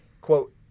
quote